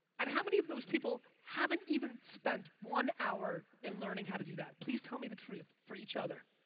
and how many of those people haven't even spent one hour in learning how to do that? please tell me the truth for each other.